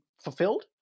fulfilled